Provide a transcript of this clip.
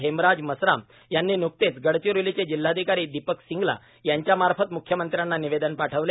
हेमराज मसराम यांनी न्कतेच जिल्हाधिकारी दीपक सिंगला यांच्यामार्फत मुख्यमंत्र्यांना निवेदन पाठविले